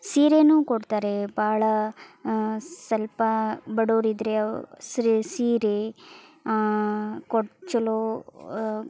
ಸೀರೆನೂ ಕೊಡ್ತಾರೆ ಭಾಳ ಸ್ವಲ್ಪ ಬಡವ್ರಿದ್ರೆ ಸೀರೆ ಕೊಟ್ಟು ಚೊಲೋ